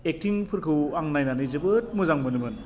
एकटिंफोरखौ आं नायनानै जोबोद मोजां मोनोमोन